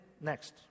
next